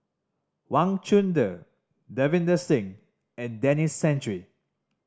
Wang Chunde Davinder Singh and Denis Santry